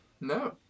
no